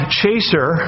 chaser